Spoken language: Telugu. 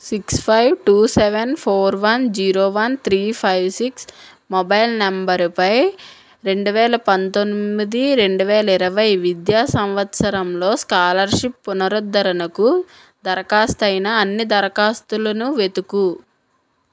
six five two seven four one zero one three five six mobile నంబరుపై రెండు వేల పంతొమ్మిది రెండు వేల ఇరవై విద్యా సంవత్సరంలో స్కాలర్షిప్ పునరుద్ధరణకు దరఖాస్తయిన అన్నీ దరఖాస్తులును వెతుకు